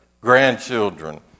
grandchildren